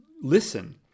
listen